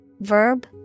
Verb